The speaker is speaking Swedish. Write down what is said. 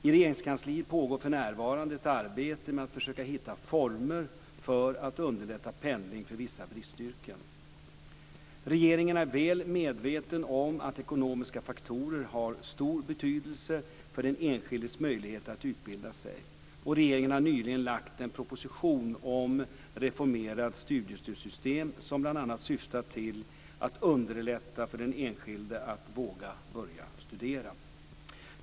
I Regeringskansliet pågår för närvarande ett arbete med att försöka hitta former för att underlätta pendling för vissa bristyrken. Regeringen är väl medveten om att ekonomiska faktorer har stor betydelse för den enskildes möjlighet att utbilda sig. Regeringen har nyligen lagt en proposition om reformerat studiestödssystem som bl.a. syftar till att underlätta för den enskilde att våga börja studera.